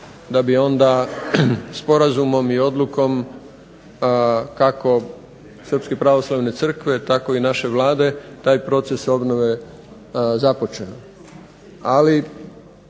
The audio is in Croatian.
da bi onda sporazumom i odlukom kako Srpske pravoslavne crkve tako i naše Vlade taj proces obnove započeo. Ali,